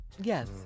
Yes